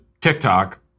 TikTok